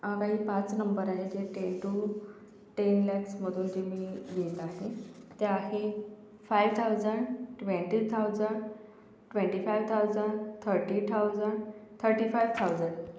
पाच नंबर आहेत जे टेन टू टेन लॅक्स मधून जे मी घेत आहे ते आहे five thousand twenty thousand twenty five thousand thirty thousand thirty five thousand